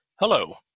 Hello